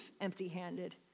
empty-handed